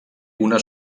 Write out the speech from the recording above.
una